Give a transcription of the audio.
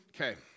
Okay